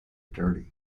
dirty